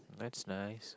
that's nice